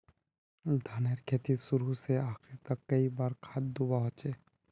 धानेर खेतीत शुरू से आखरी तक कई बार खाद दुबा होचए?